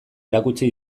erakutsi